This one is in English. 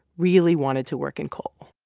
really wanted to work in coal.